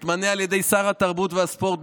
מתמנה על ידי שר התרבות והספורט,